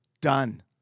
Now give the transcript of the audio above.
Done